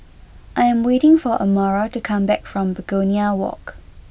I am waiting for Amara to come back from Begonia Walk